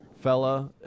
fella